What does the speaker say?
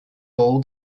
bowl